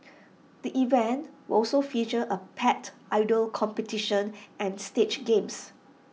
the event will also feature A pet idol competition and stage games